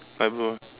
light blue